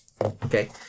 Okay